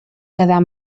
quedar